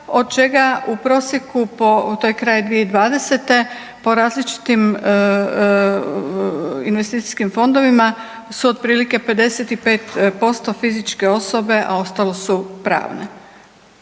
podacima oko 207.000 to je kraj 2020. po različitim investicijskim fondovima su otprilike 55% fizičke osobe, a ostalo su pravne.